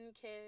kid